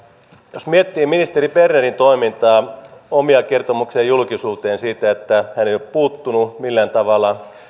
jos miettii ministeri bernerin toimintaa omia kertomuksiaan julkisuuteen siitä että hän ei ole puuttunut millään tavalla